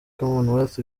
commonwealth